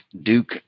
Duke